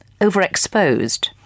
overexposed